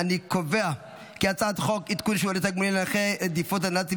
להעביר את הצעת חוק עדכון שיעורי תגמולים לנכי רדיפות הנאצים